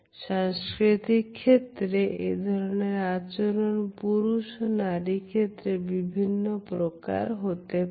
সাংস্কৃতিক ক্ষেত্রে এ ধরনের আচরণ পুরুষ ও নারী ক্ষেত্রে বিভিন্ন প্রকার হতে পারে